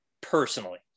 personally